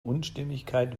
unstimmigkeit